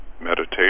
meditation